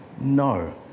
no